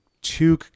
two